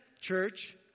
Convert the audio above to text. church